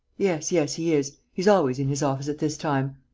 yes, yes, he is he's always in his office at this time.